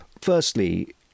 firstly